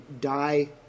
die